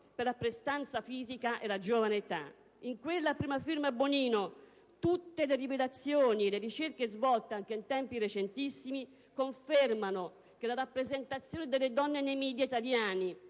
per la prestanza fisica e la giovane età». In quella a prima firma Bonino si legge che «tutte le rilevazioni e le ricerche svolte, anche in tempi recentissimi, confermano che la rappresentazione delle donne nei *media* italiani